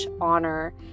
honor